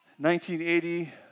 1980